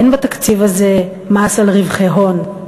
אין בתקציב הזה מס על רווחי הון,